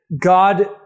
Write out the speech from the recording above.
God